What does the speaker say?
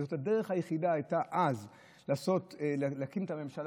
וזאת הייתה אז הדרך היחידה להקים את הממשלה,